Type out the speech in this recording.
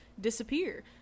disappear